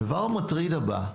הדבר המטריד הבא,